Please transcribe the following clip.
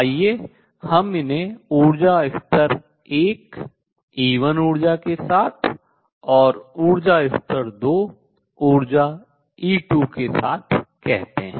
आइए हम उन्हें ऊर्जा स्तर 1 E1 ऊर्जा के साथ और स्तर 2 ऊर्जा E2 के साथ कहते हैं